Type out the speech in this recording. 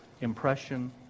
impression